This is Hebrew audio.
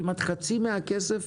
כמעט חצי מהכסף